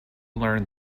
learn